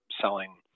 selling